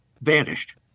vanished